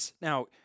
Now